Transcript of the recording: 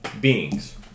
Beings